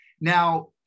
Now